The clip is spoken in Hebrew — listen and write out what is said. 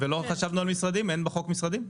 האם אין בחוק משרדים?